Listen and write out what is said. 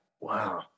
Wow